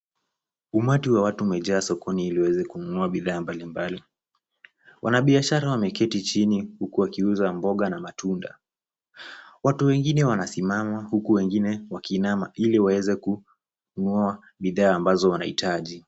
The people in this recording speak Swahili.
Umati wa watu umejaa sokoni ili waweza kununua bidhaa mbalimbali. Wanabiashara wameketi chini huku wakiuza mboga na matunda. Watu wengine wanasimama huku wengine wakiinama ili waweze kununua bidhaa ambazo wanahitaji.